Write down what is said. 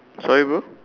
sorry bro